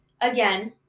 Again